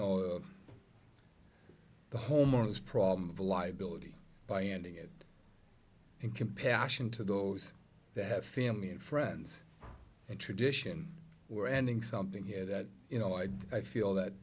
know the homeowners problem of liability by handing it in compassion to those that have family and friends and tradition or ending something here that you know i i feel that